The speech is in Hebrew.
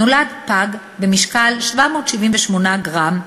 נולד פג במשקל 778 גרם,